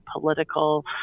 political